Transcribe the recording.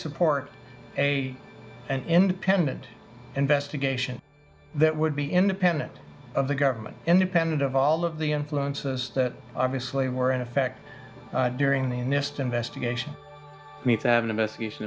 support a and pendent investigation that would be independent of the government independent of all of the influences that obviously were in effect during the next investigation me to have an investigation